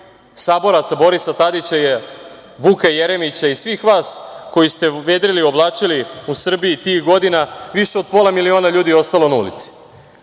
saboraca Borisa Tadića, Vuka Jeremića i svih vas koji ste vedrili i oblačili u Srbiji tih godina, više od pola miliona je ostalo na ulici.A